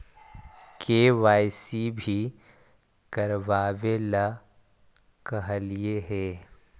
KYC भी करवावेला कहलिये हे?